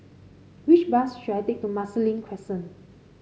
which bus should I take to Marsiling Crescent